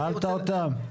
שאלת אותם?